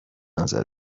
نظر